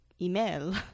Email